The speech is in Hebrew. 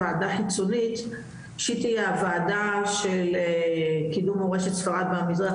וועדה חיצונית שהיא תהיה הוועדה של קידום מורשת ספרד מהמזרח,